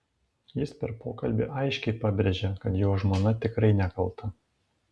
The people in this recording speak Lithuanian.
jis per pokalbį aiškiai pabrėžė kad jo žmona tikrai nekalta